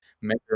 measure